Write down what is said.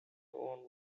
owned